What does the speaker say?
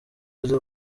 uzi